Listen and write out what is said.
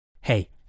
Hey